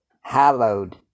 hallowed